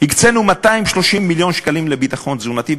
הקצינו 230 מיליון שקלים לביטחון תזונתי,